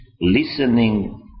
listening